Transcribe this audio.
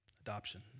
adoption